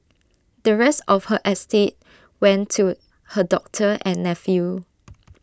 the rest of her estate went to her doctor and nephew